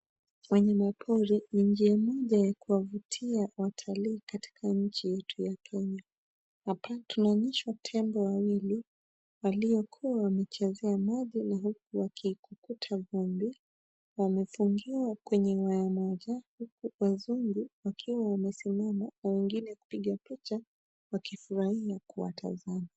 Wanyama pori ni njia moja ya kuwavutia watalii katika nchi yetu ya kenya. Hapa tunaonyeshwa tembo wawili waliokuwa wamechezea maji na huku wakikukuta vumbi .Wamefungiwa kwenye waya moja huku wazungu wakiwa wamesima na wengine kupiga picha wakifurahia kuwatazama.